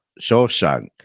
shawshank